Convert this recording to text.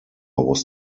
was